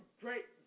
great